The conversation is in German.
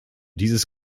dieses